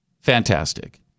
Fantastic